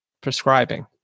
prescribing